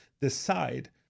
decide